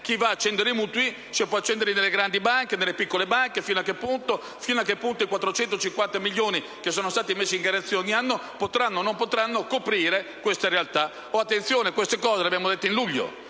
chi va ad accendere i mutui può farlo nelle grandi banche o nelle piccole banche e fino a che punto i 450 milioni che sono stati messi a garanzia ogni anno potranno o no coprire queste esigenze. Attenzione: queste cose le abbiamo dette a luglio,